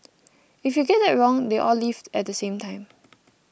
if you get that wrong they all leave at the same time